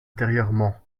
intérieurement